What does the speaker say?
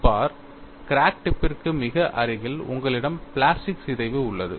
பார் crack டிப்பிற்கு மிக அருகில் உங்களிடம் பிளாஸ்டிக் சிதைவு உள்ளது